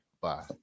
Bye